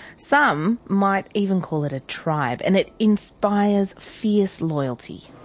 some might even call it a tribe, and it inspires fierce loyalty.